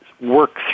work